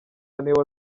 niwe